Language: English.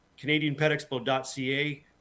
CanadianPetExpo.ca